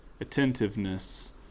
attentiveness